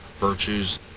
virtues